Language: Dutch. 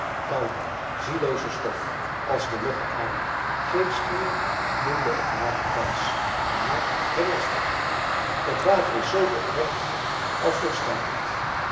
koude ziellooze stof als de logge aarde shakespeare noemde het water valsch maar hij lasterde het water is zoo oprecht als doorschijnend